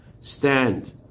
stand